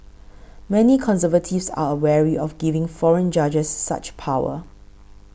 many conservatives are wary of giving foreign judges such power